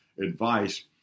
advice